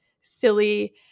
silly